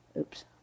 Oops